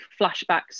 flashbacks